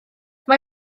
mae